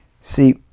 See